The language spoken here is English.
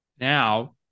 now –